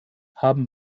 haben